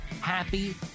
Happy